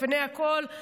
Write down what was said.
לפני הכול,